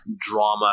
drama